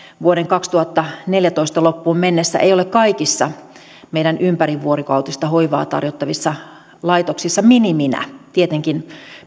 vuoden kaksituhattaneljätoista loppuun mennessä ei ole kaikissa meidän ympärivuorokautista hoivaa tarjoa vissa laitoksissa miniminä tietenkin